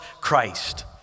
Christ